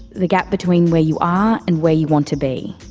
the gap between where you are and where you want to be.